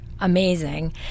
amazing